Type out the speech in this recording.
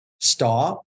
stop